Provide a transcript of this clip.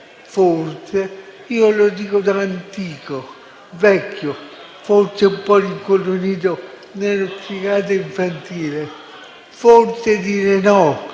forse. Io lo dico da antico, vecchio, forse un po' rincoglionito neuropsichiatra infantile: forse dire "no"